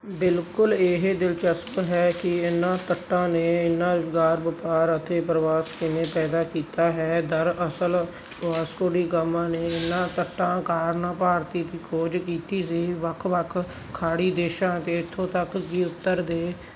ਬਿਲਕੁਲ ਇਹ ਦਿਲਚਸਪ ਹੈ ਕਿ ਇਹਨਾਂ ਤੱਟਾਂ ਨੇ ਇੰਨਾ ਰੁਜ਼ਗਾਰ ਵਪਾਰ ਅਤੇ ਪਰਵਾਸ ਕਿਵੇਂ ਪੈਦਾ ਕੀਤਾ ਹੈ ਦਰਅਸਲ ਵਾਸਕੋ ਡੀ ਗਾਮਾ ਨੇ ਇਨ੍ਹਾਂ ਤੱਟਾਂ ਕਾਰਨ ਭਾਰਤ ਦੀ ਖੋਜ ਕੀਤੀ ਸੀ ਵੱਖ ਵੱਖ ਖਾੜੀ ਦੇਸ਼ਾਂ ਅਤੇ ਇੱਥੋਂ ਤੱਕ ਕਿ ਉੱਤਰ ਦੇ